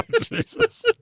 Jesus